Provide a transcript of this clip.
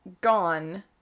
gone